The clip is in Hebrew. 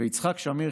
ויצחק שמיר,